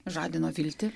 žadino viltį